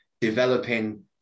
developing